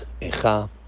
Echa